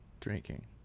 drinking